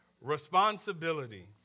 Responsibility